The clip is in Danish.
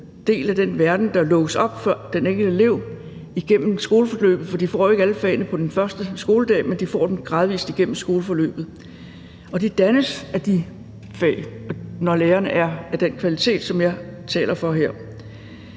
del af den verden, der lukkes op for den enkelte elev igennem skoleforløbet. For de får jo ikke alle fagene på den første skoledag, men de får dem gradvis igennem skoleforløbet, og de dannes af de fag, når lærerne er af den kvalitet, som jeg taler for her,